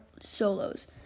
solos